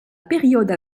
période